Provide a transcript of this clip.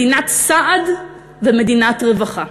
מדינת סעד ומדינת רווחה.